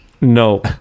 No